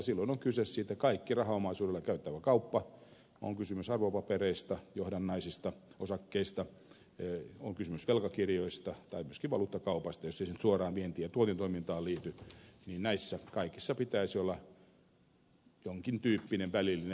silloin on kyse siitä että kaikessa rahaomaisuudella käytävässä kaupassa on kysymys arvopapereista johdannaisista osakkeista on kysymys velkakirjoista tai myöskin valuuttakaupasta jos ei se nyt suoraan vienti ja tuontitoimintaan liity näissä kaikissa pitäisi olla jonkin tyyppinen välillinen vero